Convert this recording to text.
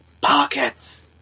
Pockets